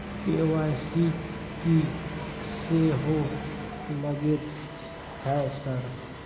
KYC की सेहो लगतै है सर?